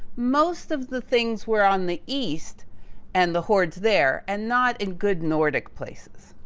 most of the things were on the east and the hordes there and not in good nordic places.